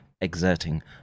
exerting